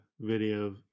video